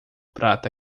prata